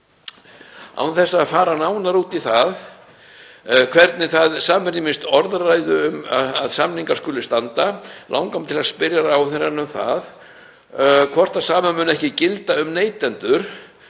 Án þess að fara nánar út í það hvernig það samrýmist orðræðu um að samningar skuli standa langar mig til að spyrja ráðherrann um það hvort sama muni ekki gilda um neytendur,